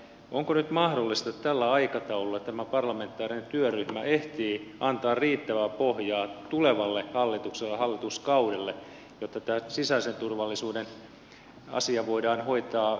onko nyt mahdollista että tällä aikataululla tämä parlamentaarinen työryhmä ehtii antaa riittävää pohjaa tulevalle hallitukselle ja hallituskaudelle jotta tämä sisäisen turvallisuuden asia voidaan hoitaa eteenpäin